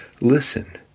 Listen